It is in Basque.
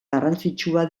garrantzitsua